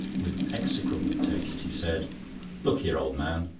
with execrable taste, he said look here, old man,